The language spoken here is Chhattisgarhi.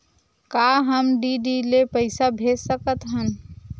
का हम डी.डी ले पईसा भेज सकत हन?